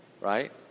right